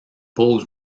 pose